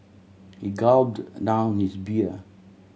he gulped down his beer